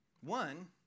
One